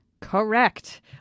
Correct